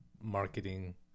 marketing